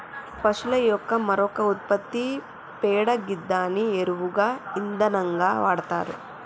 పశువుల యొక్క మరొక ఉత్పత్తి పేడ గిదాన్ని ఎరువుగా ఇంధనంగా వాడతరు